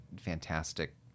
fantastic